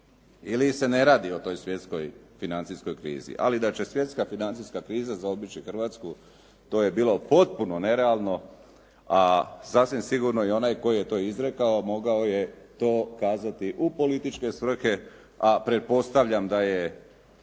ili se ne radi o toj svjetskoj financijskoj krizi. Ali da će svjetska financijska kriza zaobići, to je bilo potpuno nerealno, a sasvim sigurno i onaj koji je to izrekao mogao je to kazati u političke svrhe, a pretpostavlja da